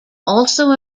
also